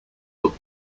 but